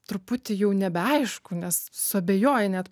truputį jau nebeaišku nes suabejoji net